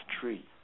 tree